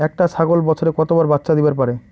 একটা ছাগল বছরে কতবার বাচ্চা দিবার পারে?